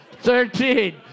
Thirteen